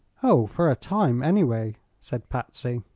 oh, for a time, anyway, said patsy.